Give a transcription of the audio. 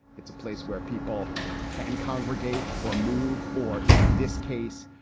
it's a place where people can congregate or move or in this case,